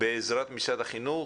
בעזרת משרד החינוך,